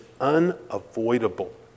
unavoidable